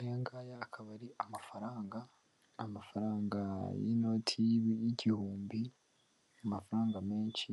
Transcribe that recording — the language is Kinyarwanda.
Aya ngaya akaba ari amafaranga, amafaranga y'inoti y'igihumbi, amafaranga menshi